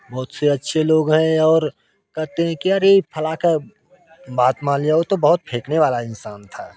बहुत से अच्छे लोग हैं और कहते हैं कि अरे फला का बात मान लिया वो तो बहुत फेंकने वाला इंसान था